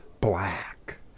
black